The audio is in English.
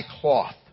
cloth